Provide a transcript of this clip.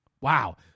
wow